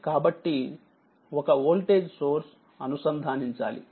కాబట్టిఒక voltage source అనుసంధానించాలి